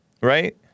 Right